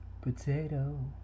potato